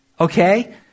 okay